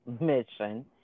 mission